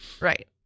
Right